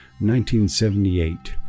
1978